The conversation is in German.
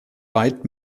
weit